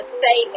say